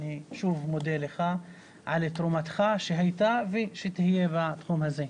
אני שוב מודה לך על תרומתך שהייתה ושתהיה בתחום הזה.